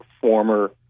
former